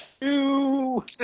two